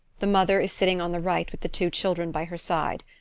the mother is sitting on the right with the two children by her side.